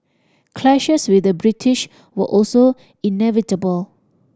clashes with the British were also inevitable